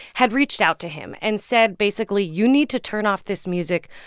had reached out to him and said, basically, you need to turn off this music.